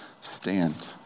stand